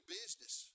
business